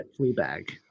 fleabag